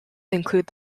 include